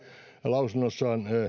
lausunnossaan